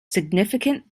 significant